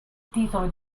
titolo